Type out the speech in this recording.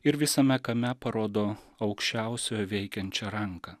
ir visame kame parodo aukščiausiojo veikiančią ranką